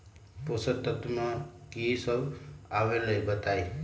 पोषक तत्व म की सब आबलई बताई?